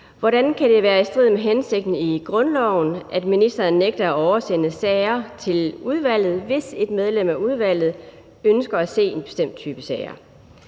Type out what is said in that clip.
Hvordan kan det være i strid med hensigten i grundloven, at ministeren nægter at oversende sager til udvalget, hvis et medlem af udvalget ønsker at se en bestemt type sager?